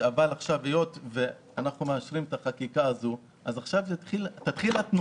היות ואנחנו מאשרים את החקיקה הזאת אז עכשיו תתחיל התנועה.